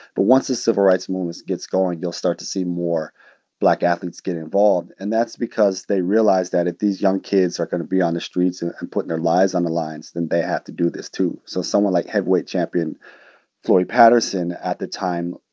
but once the civil rights movement gets going, you'll start to see more black athletes get involved. and that's because they realize that if these young kids are going to be on the streets and and putting their lives on the lines, then they have to do this, too. so someone like heavyweight champion floyd patterson, at the time,